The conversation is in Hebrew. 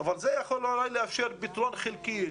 אבל זה יכול אולי לאפשר פתרון חלקי,